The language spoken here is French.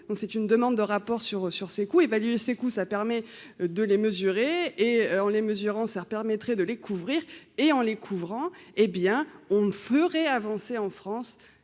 c'est une demande de rapport sur sur ces coûts évalués, ces coûts, ça permet de les mesurer et en les mesurant ça permettrait de les couvrir et en les couvrant, hé bien on ne ferait avancer en France